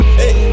hey